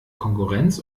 konkurrenz